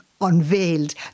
unveiled